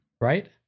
Right